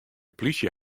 plysje